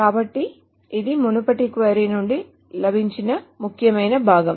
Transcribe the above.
కాబట్టి ఇది మునుపటి క్వరీ నుండి లభించిన ముఖ్యమైన భాగం